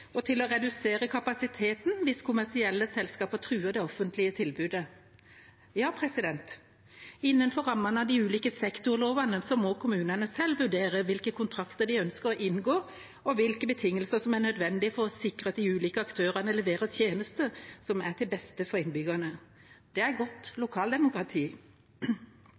og til å redusere kapasiteten hvis kommersielle selskaper truer det offentlige tilbudet.» Ja, innenfor rammene av de ulike sektorlovene må kommunene selv vurdere hvilke kontrakter de ønsker å inngå, og hvilke betingelser som er nødvendige for å sikre at de ulike aktørene leverer tjenester som er til beste for innbyggerne. Det er godt lokaldemokrati.